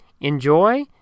enjoy